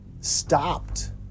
stopped